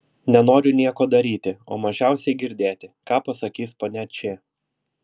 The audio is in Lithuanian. nenoriu nieko daryti o mažiausiai girdėti ką pasakys ponia č